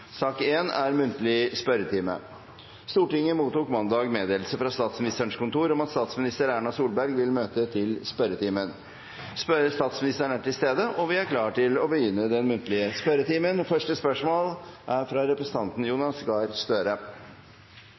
om en strategi for økt satsing på norske tv-serier. Forslaget vil bli behandlet på reglementsmessig måte. Stortinget mottok mandag meddelelse fra Statsministerens kontor om at statsminister Erna Solberg vil møte til muntlig spørretime. Statsministeren er til stede, og vi er klar til å starte den muntlige spørretimen. Vi starter da med første hovedspørsmål, fra representanten